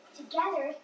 Together